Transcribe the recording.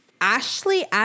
Ashley